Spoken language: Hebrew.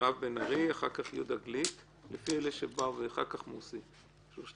מירב בן ארי, יהודה גליק ומוסי רז.